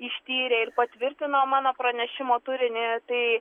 ištyrė ir patvirtino mano pranešimo turinį tai